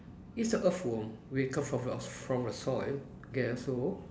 it's a earthworm where it come from from the soil yeah so